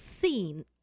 scene